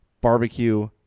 barbecue